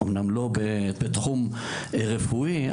אמנם לא בתחום רפואי.